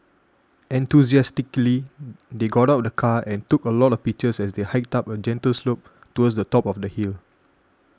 enthusiastically they got out of the car and took a lot of pictures as they hiked up a gentle slope towards the top of the hill